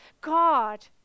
God